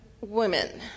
women